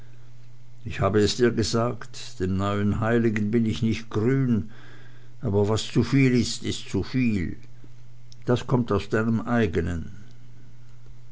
ich habe es dir gesagt dem neuen heiligen bin ich nicht grün aber was zuviel ist ist zuviel das kommt aus deinem eigenen